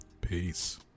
Peace